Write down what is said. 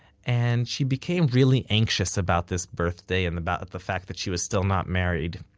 and she became really anxious about this birthday, and about the fact that she was still not married,